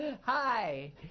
hi